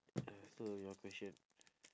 ah so your question